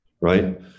right